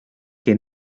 que